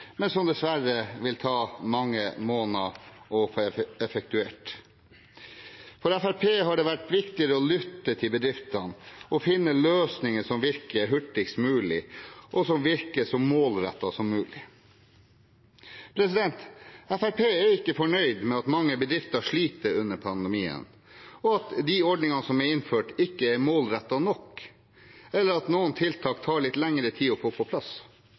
men som dessverre vil ta mange måneder å få effektuert, er det å lytte til bedriftene og finne løsninger som virker hurtigst mulig, og som virker så målrettet som mulig. Fremskrittspartiet er ikke fornøyd med at mange bedrifter sliter under pandemien, og at de ordningene som er innført, ikke er målrettet nok – eller at noen tiltak tar litt lengre tid å få på plass.